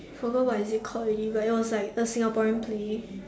forgot what is it called already but it was like some Singaporean play